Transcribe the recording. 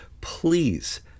Please